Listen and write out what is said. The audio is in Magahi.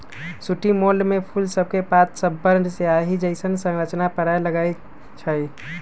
सूटी मोल्ड में फूल सभके पात सभपर सियाहि जइसन्न संरचना परै लगैए छइ